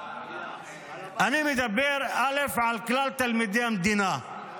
אני מדבר על כלל תלמידי המדינה,